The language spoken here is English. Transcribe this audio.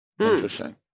Interesting